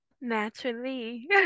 naturally